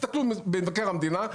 תסתכלו במבקר המדינה,